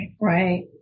Right